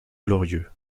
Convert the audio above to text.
glorieux